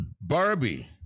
barbie